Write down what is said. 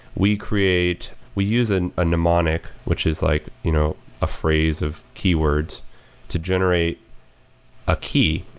we create we use and a pneumonic, which is like you know a phrase of keywords to generate a key.